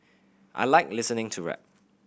I like listening to rap